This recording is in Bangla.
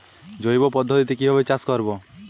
জৈব পদ্ধতিতে কিভাবে চাষ করব?